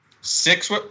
Six